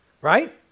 Right